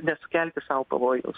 nesukelti sau pavojaus